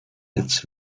its